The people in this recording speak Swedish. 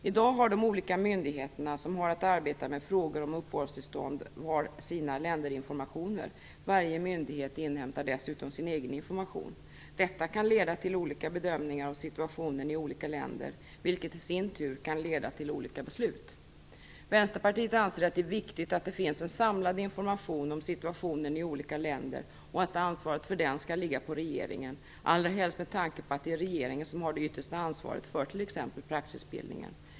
I dag har de olika myndigheterna som har att arbeta med frågor om uppehållstillstånd var sina länderinformationer. Varje myndighet inhämtar dessutom sin egen information. Detta kan leda till olika bedömningar av situationen i olika länder, vilket i sin tur kan leda till olika beslut. Vänsterpartiet anser att det är viktigt att det finns en samlad information om situationen i olika länder och att ansvaret för den skall ligga på regeringen, allra helst med tanke på att det är regeringen som har det yttersta ansvaret för t.ex. praxisbildningen.